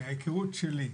מהכרות שלי,